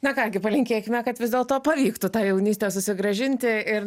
na ką gi palinkėkime kad vis dėlto pavyktų tą jaunystę susigrąžinti ir